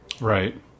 Right